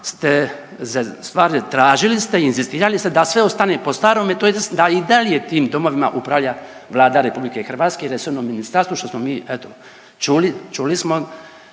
stvar je tražili ste inzistirali ste da sve ostane po starome tj. da i dalje tim domovima upravlja Vlada RH i resorno ministarstvo što smo mi eto čuli, čuli smo